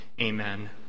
Amen